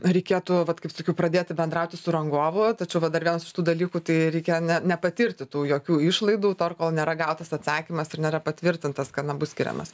reikėtų vat kaip sakiau pradėti bendrauti su rangovu tačiau va dar vienas iš tų dalykų tai reikia ne nepatirti tų jokių išlaidų tol kol nėra gautas atsakymas ir nėra patvirtintas kad na bus skiriamas